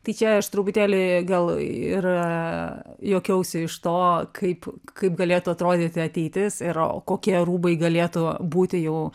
tai čia aš truputėlį gal ir juokiausi iš to kaip kaip galėtų atrodyti ateitis ir o kokie rūbai galėtų būti jau